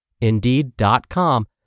Indeed.com